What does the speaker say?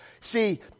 See